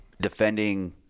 defending